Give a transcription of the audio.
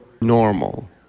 normal